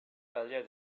earlier